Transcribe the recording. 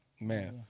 man